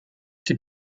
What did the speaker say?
die